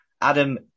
Adam